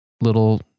little